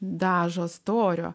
dažo storio